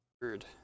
bird